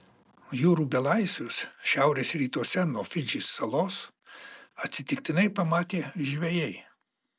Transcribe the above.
jūrų belaisvius šiaurės rytuose nuo fidžį salos atsitiktinai pamatė žvejai